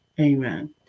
Amen